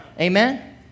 Amen